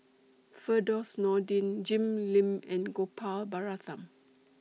Firdaus Nordin Jim Lim and Gopal Baratham